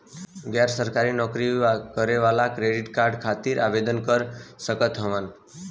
गैर सरकारी नौकरी करें वाला क्रेडिट कार्ड खातिर आवेदन कर सकत हवन?